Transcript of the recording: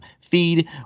feed